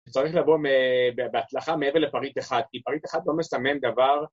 ‫וצריך לבוא בהצלחה מעבר לפריט 1, ‫כי פריט 1 לא מסמן דבר...